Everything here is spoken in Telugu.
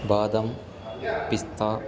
బాదాం పిస్తా